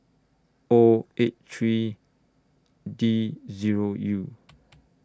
O eight three D Zero U